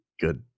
good